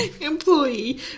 Employee